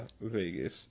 Vegas